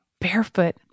barefoot